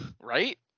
Right